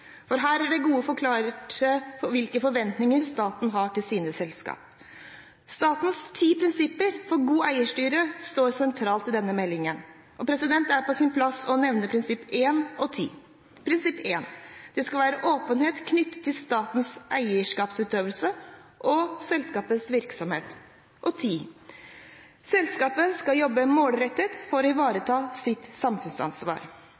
for her er det godt forklart hvilke forventninger staten har til sine selskaper. Statens ti prinsipper for god eierstyring står sentralt i denne meldingen, og det er på sin plass å nevne prinsipp 2 og prinsipp 10. Prinsipp 2 lyder: «Det skal være åpenhet knyttet til statens eierskapsutøvelse og selskapets virksomhet.» Prinsipp 10 lyder: «Selskapet skal arbeide målrettet for å